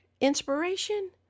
inspiration